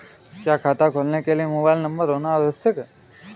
क्या खाता खोलने के लिए मोबाइल नंबर होना आवश्यक है?